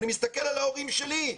אני מסתכל על ההורים שלי,